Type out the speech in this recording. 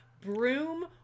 broom